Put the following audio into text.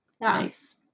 nice